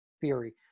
theory